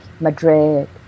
Madrid